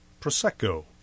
Prosecco